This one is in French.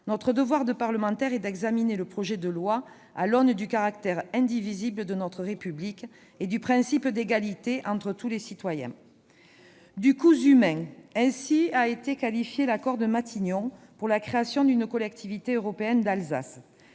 notre devoir de parlementaire est d'examiner le projet de loi à l'aune du caractère indivisible de notre République et du principe d'égalité entre tous les citoyens. « Du cousu main »: ainsi était qualifié l'accord de Matignon pour la création d'une Collectivité européenne d'Alsace.